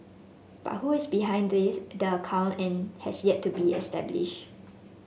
but who is behind this the account and has yet to be established